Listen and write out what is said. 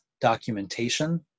documentation